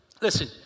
Listen